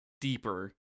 deeper